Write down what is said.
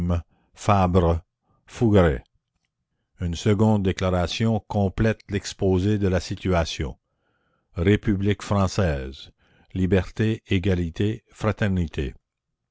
une seconde déclaration complète l'exposé de la situation liberté égalité fraternité